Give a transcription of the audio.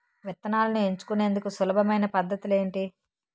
విత్తనాలను ఎంచుకునేందుకు సులభమైన పద్ధతులు ఏంటి?